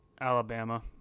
Alabama